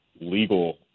legal